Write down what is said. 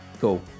cool